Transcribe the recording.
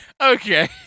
Okay